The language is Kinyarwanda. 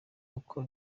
uko